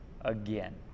again